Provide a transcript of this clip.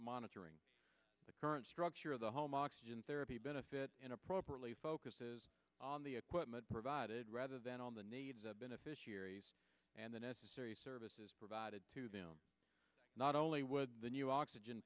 monitoring the current structure of the home oxygen therapy benefit inappropriately focuses on the equipment provided rather than on the needs of beneficiaries and the necessary services provided to them not only with the new oxygen